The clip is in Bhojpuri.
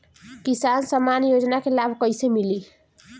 किसान सम्मान योजना के लाभ कैसे मिली?